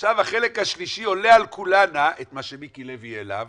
החלק השלישי עולה על כולנה, מה שמיקי לוי העלה.